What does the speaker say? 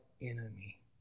enemy